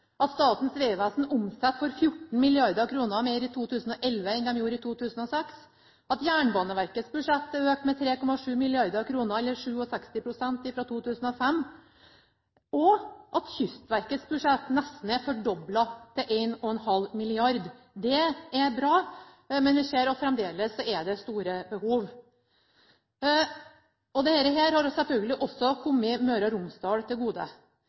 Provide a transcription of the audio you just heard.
At Statens vegvesen omsatte for 14 mrd. kr mer i 2011 enn de gjorde i 2006, at Jernbaneverkets budsjett er økt med 3,7 mrd. kr, eller 67 pst., fra 2005, og at Kystverkets budsjett nesten er fordoblet, til 1,5 mrd. kr, er bra, men vi ser at fremdeles er det store behov. Dette har selvfølgelig også kommet Møre og Romsdal til gode.